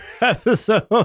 episode